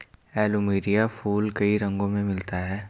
plumeria फूल कई रंगो में मिलता है